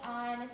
on